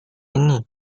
ini